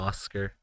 Oscar